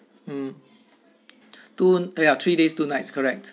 mm two ya three days two nights correct